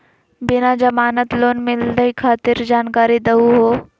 बिना जमानत लोन मिलई खातिर जानकारी दहु हो?